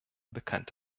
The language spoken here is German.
bekannt